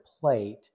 plate